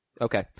Okay